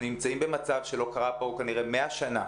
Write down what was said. נמצאים במצב שלא קרה פה כנראה מאה שנה,